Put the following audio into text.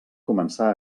començar